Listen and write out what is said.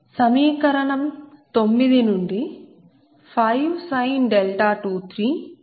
సమీకరణం నుండి 5 23 0